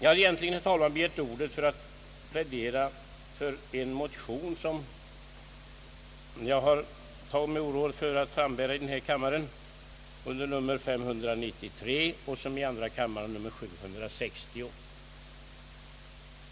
Jag har egentligen, herr talman, begärt ordet för att plädera för en motion, som jag tagit mig orådet före att bära fram i denna kammare under nummer 593 och som i andra kammaren har fått nummer 760.